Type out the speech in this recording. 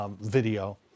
video